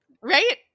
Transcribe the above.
Right